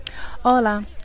Hola